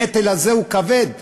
הנטל הזה הוא כבד.